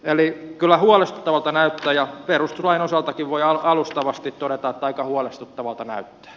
eli kyllä huolestuttavalta näyttää ja perustuslain osaltakin voi alustavasti todeta että aika huolestuttavalta näyttää